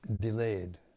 delayed